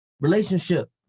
relationship